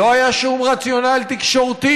לא היה שום רציונל תקשורתי,